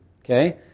okay